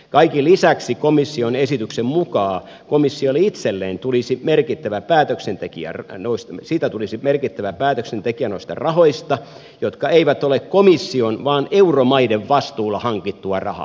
kaiken lisäksi komission esityksen mukaan komission itselleen tulisi merkittävä päätöksentekijä komissiosta itsestään tulisi merkittävä päätöksentekijä noista rahoista jotka eivät ole komission vaan euromaiden vastuulla hankittua rahaa